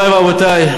מורי ורבותי,